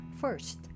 first